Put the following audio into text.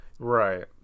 right